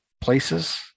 places